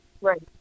Right